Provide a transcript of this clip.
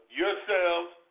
yourselves